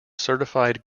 certified